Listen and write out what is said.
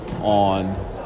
on